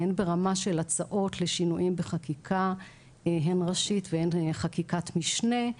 והן ברמה של הצעות לשינויים בחקיקה הן ראשית והן חקיקת משנה.